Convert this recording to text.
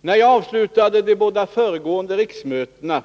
När jag avslutade de båda föregående riksmötena